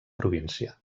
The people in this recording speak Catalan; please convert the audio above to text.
província